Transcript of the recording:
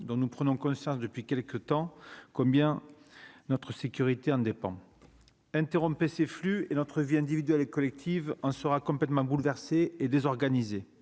dont nous prenons conscience depuis quelques temps, combien notre sécurité en dépend Interhome PC Flux et notre vie individuelle et collective, en sera complètement bouleversée et désorganisé